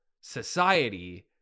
society